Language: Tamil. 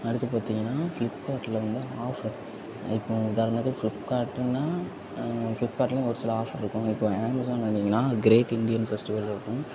அடுத்து பார்த்தீங்கன்னா ஃப்ளிப்கார்ட்டில் இருந்தால் ஆஃபர் இப்போ உதாரணத்துக்கு ஃப்ளிப்கார்ட்டுன்னா ஃப்ளிப்கார்ட்லயும் ஒரு சில ஆஃபர் இருக்கும் இப்போ அமேசான் வந்தீங்கன்னா க்ரேட் இண்டியன் ஃபெஸ்டிவல் இருக்கும்